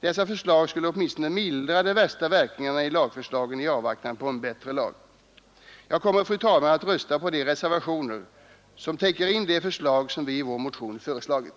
Dessa förslag skulle åtminstone mildra de värsta verkningarna i avvaktan på en bättre lag. Jag kommer, fru talman, att rösta på de reservationer som täcker de förslag som vi i vår motion föreslagit.